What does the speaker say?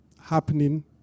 happening